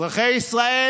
אזרחי ישראל,